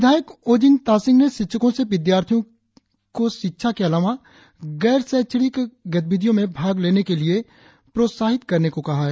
विधायक ओजिंग तासिंग ने शिक्षको से विद्यार्थियों को शिक्षा के अलावा गैर शैक्षणिक गतिविधियों में भाग लेने के लिए प्रोत्साहित करने को कहा है